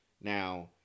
Now